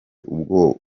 ubwo